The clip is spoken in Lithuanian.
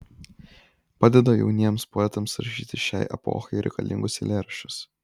padeda jauniems poetams rašyti šiai epochai reikalingus eilėraščius